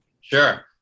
Sure